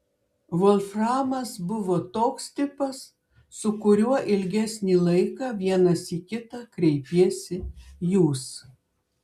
volframas buvo toks tipas su kuriuo ilgesnį laiką vienas į kitą kreipiesi jūs